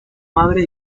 madre